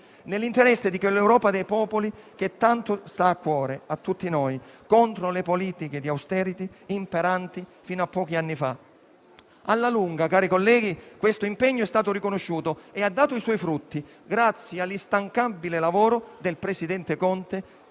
nell'interesse di quell'Europa dei popoli che tanto sta a cuore a tutti noi, contro le politiche di *austerity* imperanti fino a pochi anni fa. Alla lunga, cari colleghi, questo impegno è stato riconosciuto e ha dato i suoi frutti grazie all'instancabile lavoro del presidente Conte,